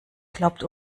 glaubt